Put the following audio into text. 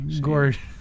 gorgeous